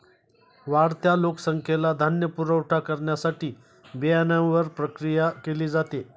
वाढत्या लोकसंख्येला धान्य पुरवठा करण्यासाठी बियाण्यांवर प्रक्रिया केली जाते